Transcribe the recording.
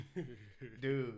Dude